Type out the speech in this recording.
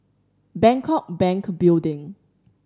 Bangkok Bank Building